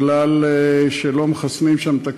מכיוון שלא מחסנים שם את הכלבים.